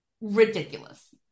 ridiculous